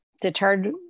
deterred